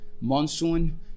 monsoon